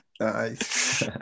Nice